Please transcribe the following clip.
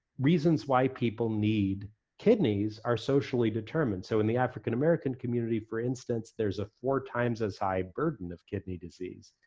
reasons why people need kidneys are socially determined. so in the african american community, for instance, there's a four times as high burden of kidney disease.